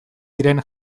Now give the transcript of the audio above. diren